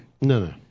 No